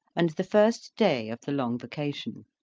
and the first day of the long vacation.